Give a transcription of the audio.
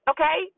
Okay